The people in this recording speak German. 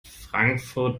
frankfurt